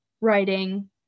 writing